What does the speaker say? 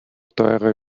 teure